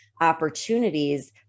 opportunities